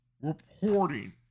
reporting